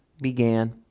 began